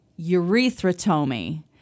urethrotomy